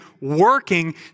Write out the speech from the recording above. working